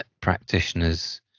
practitioners